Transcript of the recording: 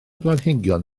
planhigion